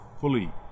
fully